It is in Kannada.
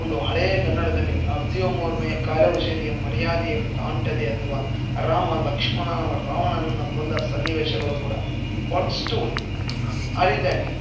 ಒಂದು ಹಳೆಯ ಕನ್ನಡದಲ್ಲಿ ಅಬ್ದಿಯೋ ಮೋರ್ಮೆ ಕಾಲವಶೆದಿಯಮ್ ಮರ್ಯಾದೆಯಮ್ ದಾಂಟದೆ ಅನ್ನುವ ರಾಮ ಲಕ್ಷ್ಮಣ ಅವರ ರಾವಣನನ್ನ ಕೊಂದ ಸನ್ನಿವೇಶಗಳು ಕೂಡ ಭಾಳಷ್ಟು ಓದಿದ್ದೀನಿ ಆ ರೀತ್ಯಾಗಿ